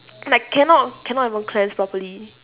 like cannot cannot even cleanse properly